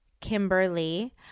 Kimberly